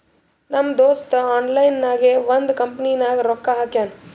ನಮ್ ದೋಸ್ತ ಆನ್ಲೈನ್ ನಾಗೆ ಒಂದ್ ಕಂಪನಿನಾಗ್ ರೊಕ್ಕಾ ಹಾಕ್ಯಾನ್